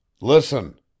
Listen